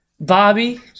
Bobby